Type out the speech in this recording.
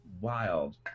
wild